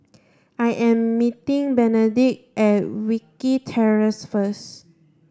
I am meeting Benedict at Wilkie Terrace first